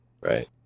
Right